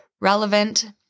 relevant